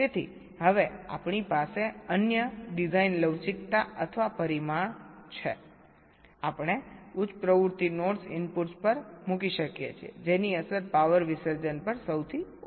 તેથી હવે અમારી પાસે અન્ય ડિઝાઇન લવચીકતા અથવા પરિમાણ છે આપણે ઉચ્ચ પ્રવૃત્તિ નોડ્સ ઇનપુટ્સ પર મૂકી શકીએ છીએ જેની અસર પાવર વિસર્જન પર સૌથી ઓછી છે